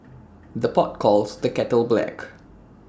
the pot calls the kettle black